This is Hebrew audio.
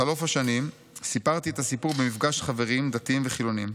בחלוף השנים סיפרתי את הסיפור במפגש חברים דתיים וחילונים.